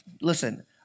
listen